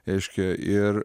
reiškia ir